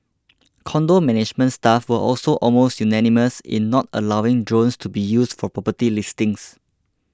condo management staff were also almost unanimous in not allowing drones to be used for property listings